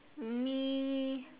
me